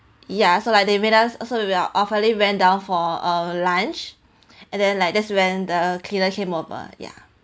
ya so like they made us also we we are awfully went down for uh lunch and then like that's when the cleaner came over ya